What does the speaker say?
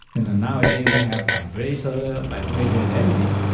and nowadays, we have vibrator, vibrator and everything.